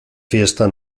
fiesta